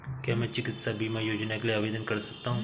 क्या मैं चिकित्सा बीमा योजना के लिए आवेदन कर सकता हूँ?